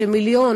זה שמיליון